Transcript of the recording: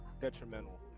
detrimental